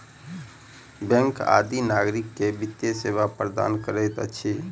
bank आदि नागरिक के वित्तीय सेवा प्रदान करैत अछि